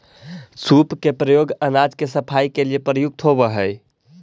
सूप के प्रयोग अनाज के सफाई के लिए प्रयुक्त होवऽ हई